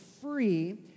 free